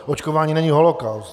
Očkování není holokaust.